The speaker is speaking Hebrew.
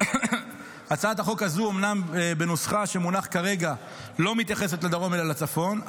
הצעת החוק הזאת בנוסחה כרגע לא מתייחסת לדרום אלא לצפון,